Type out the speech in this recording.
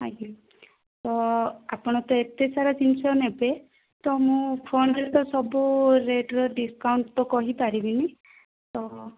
ଆଜ୍ଞା ତ ଆପଣ ତ ଏତେ ସାରା ଜିନିଷ ନେବେ ତ ମୁଁ ଫୋନ୍ରେ ତ ସବୁ ରେଟ୍ର ଡିସ୍କାଉଣ୍ଟ୍ ତ କହି ପାରିବିନି ତ